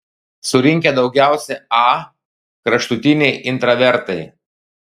surinkę daugiausiai a kraštutiniai intravertai